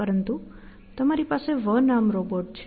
પરંતુ તમારી પાસે વન આર્મ રોબોટ છે